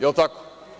Jel tako?